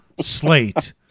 slate